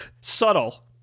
Subtle